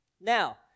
Now